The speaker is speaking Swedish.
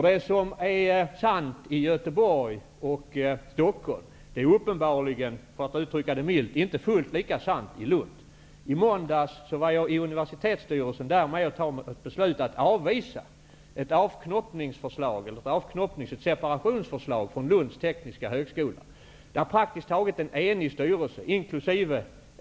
Det som är sant i Göteborg och Stockholm är uppenbarligen -- för att uttrycka det milt -- inte fullt lika sant i Lund. Jag var i måndags med om att i universitetsstyrelsen där besluta om att avvisa ett avknoppnings eller separationsförslag från Lunds tekniska högskola. En praktiskt taget enig styrelse, inkl.